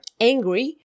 angry